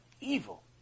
Evil